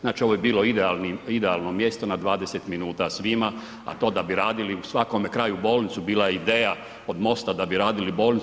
Znači ovo je bilo idealno mjesto na 20 minuta svima, a to da bi radili u svakome kraju bolnicu bila je ideja od MOST-a da bi radili bolnice.